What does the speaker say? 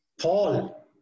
Paul